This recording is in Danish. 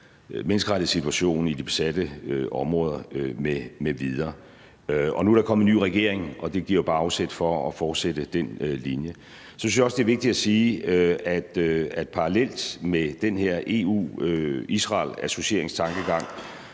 menneskerettighedssituationen i de besatte områder m.v. Nu er der kommet en ny regering, og det giver jo bare afsæt for at fortsætte den linje. Så synes jeg også, det er vigtigt at sige, at parallelt med den her EU-Israel-associeringstankegang